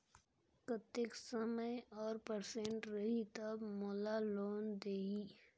कतेक समय और परसेंट रही तब मोला लोन देही?